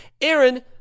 Aaron